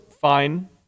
fine